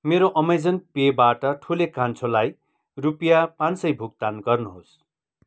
मेरो अमेजन पेबाट ठुले कान्छोलाई रुपियाँ पाँच सय भुक्तान गर्नुहोस्